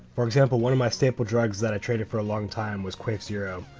for example one of my staple drugs that i trade it for a long time was quafe zero.